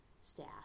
staff